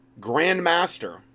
Grandmaster